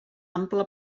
ampla